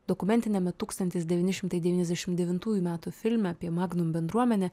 dokumentiniame tūkstantis devyni šimtai devyniasdešim devintųjų metų filme apie magnum bendruomenę